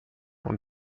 und